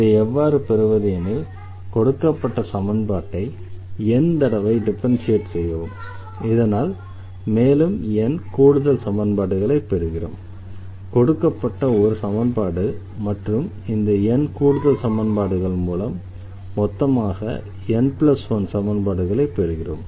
இதை எவ்வாறு பெறுவது எனில் கொடுக்கப்பட்ட சமன்பாட்டை n தடவை டிஃபரன்ஷியேட் செய்யவும் இதனால் மேலும் n கூடுதல் சமன்பாடுகளைப் பெறுகிறோம் கொடுக்கப்பட்ட ஒரு சமன்பாடு மற்றும் இந்த n கூடுதல் சமன்பாடுகள் மூலம் மொத்தமாக n1 சமன்பாடுகளைப் பெறுகிறோம்